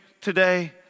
today